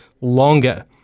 longer